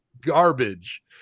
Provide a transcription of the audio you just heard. garbage